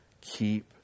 Keep